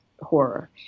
horror